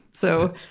so,